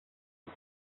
zde